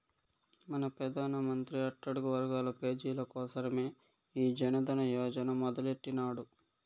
మన పెదానమంత్రి అట్టడుగు వర్గాల పేజీల కోసరమే ఈ జనదన యోజన మొదలెట్టిన్నాడు